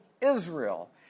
Israel